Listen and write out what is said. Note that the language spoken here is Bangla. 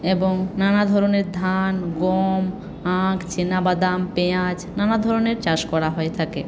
এবং নানা ধরণের ধান গম আখ চিনাবাদাম পেঁয়াজ নানা ধরণের চাষ করা হয়ে থাকে